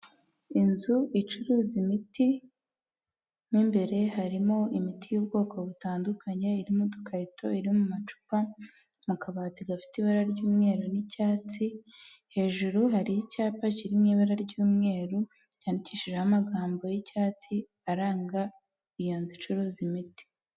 Inzu icuruza imiti, mu imbere harimo imiti y'ubwoko butandukanye irimo udukarito, iri mu macupa, mu kabati gafite ibara ry'umweru n'icyatsi, hejuru hari icyapa kiri mu ibara ry'umweru cyanyandikishijeho amagambo y'icyatsi aranga iyo nzu icuruza imiti.